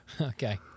Okay